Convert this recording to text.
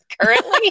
currently